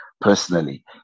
personally